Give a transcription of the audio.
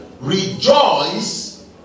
Rejoice